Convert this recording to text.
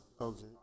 Okay